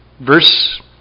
verse